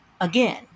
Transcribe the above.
again